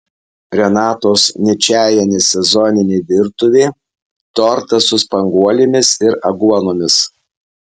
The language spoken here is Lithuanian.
renatos ničajienės sezoninė virtuvė tortas su spanguolėmis ir aguonomis